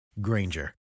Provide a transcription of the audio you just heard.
Granger